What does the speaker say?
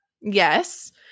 yes